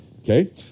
okay